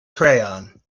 crayon